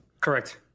Correct